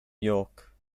york